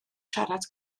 siarad